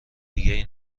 دیگهای